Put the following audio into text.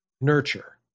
nurture